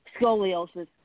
scoliosis